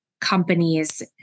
companies